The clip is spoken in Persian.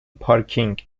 پارکینگ